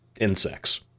insects